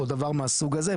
או דבר מהסוג הזה,